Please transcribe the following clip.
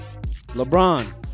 LeBron